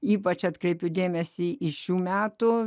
ypač atkreipiu dėmesį į šių metų